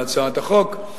בהצעת החוק,